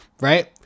right